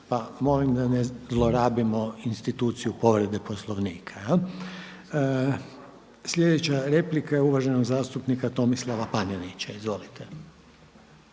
pa molim da ne zlorabimo instituciju povrede Poslovnika. Sljedeća replika je uvaženog zastupnika Tomislava Panenića, izvolite.